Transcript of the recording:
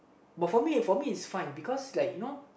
but for me for me is fine because like you know